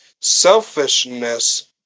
selfishness